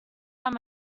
our